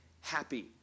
happy